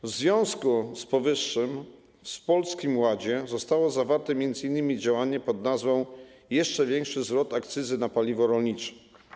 W związku z powyższym w Polskim Ładzie zostało zawarte m.in. działanie pod nazwą: jeszcze większy zwrot akcyzy na paliwo rolnicze.